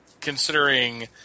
considering